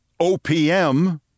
OPM